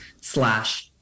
slash